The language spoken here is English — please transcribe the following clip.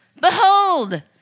behold